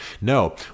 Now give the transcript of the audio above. No